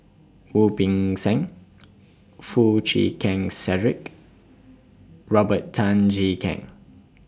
Wu Peng Seng Foo Chee Keng Cedric Robert Tan Jee Keng